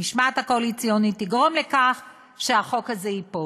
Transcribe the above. המשמעת הקואליציונית תגרום לכך שהחוק הזה ייפול.